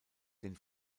den